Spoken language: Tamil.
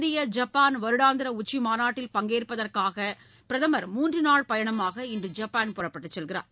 இந்திய ஜப்பான் வருடாந்திர உச்சிமாநாட்டில் பங்கேற்பதற்காக பிரதமர் மூன்று நாள் பயணமாக இன்று ஜப்பான் புறப்பட்டுச் செல்கிறார்